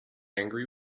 angry